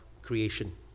creation